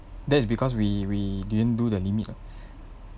that's because we we didn't do the limit lah